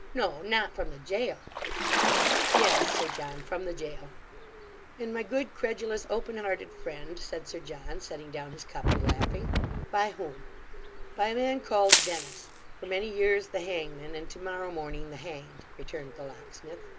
no not from the jail yes, sir john from the jail and my good, credulous, open-hearted friend said sir john, setting down his cup, and laughing by whom by a man called dennis for many years the hangman, and to-morrow morning the hanged returned the locksmith.